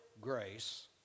grace